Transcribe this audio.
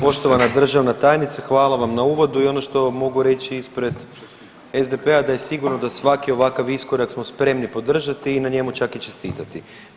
Poštovana državna tajnice hvala vam na uvodu i ono što mogu reći ispred SDP-a da je sigurno da svaki ovakav iskorak smo spremni podržati i na njemu čak i čestitati.